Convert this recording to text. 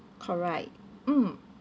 correct mm